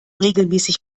regelmäßig